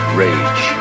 rage